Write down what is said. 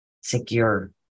secure